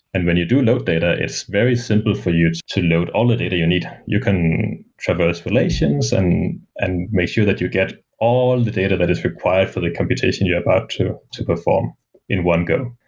and when you do load data, it's very simple for you to load all the data you need. you can traverse relations and and make sure that you get all the data that is required for the computation you're about to to perform in one go.